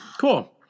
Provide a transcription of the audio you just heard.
Cool